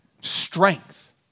strength